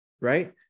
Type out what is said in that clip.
right